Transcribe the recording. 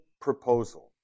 proposal